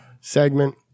segment